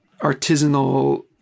artisanal